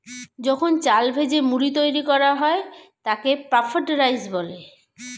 যখন চাল ভেজে মুড়ি তৈরি করা হয় তাকে পাফড রাইস বলে